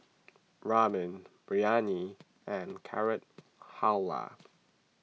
Ramen Biryani and Carrot Halwa